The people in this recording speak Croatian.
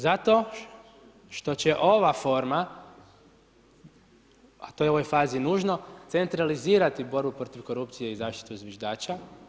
Zato što će ova forma, a to je u ovoj fazi nužno, centralizirati borbu protiv korupcije i zaštitu zviždača.